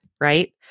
right